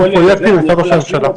13:40) לא באתם מוכנים לשאלה הפשוטה הזו?